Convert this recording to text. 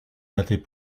n’était